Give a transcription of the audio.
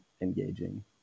engaging